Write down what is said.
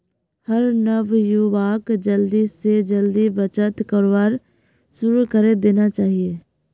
हर नवयुवाक जल्दी स जल्दी बचत करवार शुरू करे देना चाहिए